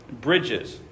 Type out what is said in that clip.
bridges